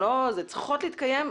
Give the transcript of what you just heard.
צריכות להתקיים.